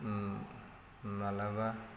माब्लाबा